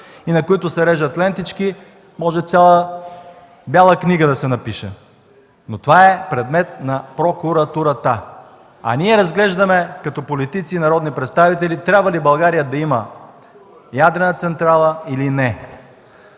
и на които се режат лентички, може цяла Бяла книга да се напише. Това обаче е предмет на прокуратурата. Ние като политици и народни представители разглеждаме трябва ли България да има ядрена централа, или не?